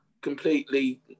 completely